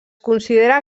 considera